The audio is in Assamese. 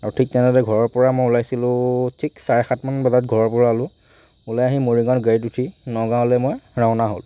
আৰু ঠিক তেনেদৰে ঘৰৰ পৰা মই ওলাইছিলোঁ ঠিক চাৰে সাতমান বজাত ঘৰৰ পৰা ওলালোঁ ওলাই আহি মৰিগাঁৱত গাড়ীত উঠি নগাঁৱলৈ মই ৰাওনা হ'লোঁ